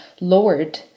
lowered